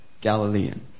Galilean